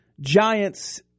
Giants